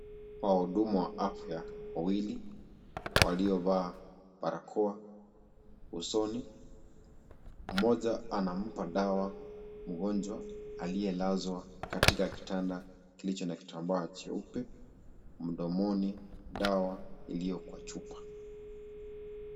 Wahudumu wa afya wawili waliovaa barakoa usoni, mmoja anampa dawa mgonjwa aliyelazwa katika kitanda kilicho na kitambaa cheupe mdomoni dawa iliyo kwa chupa.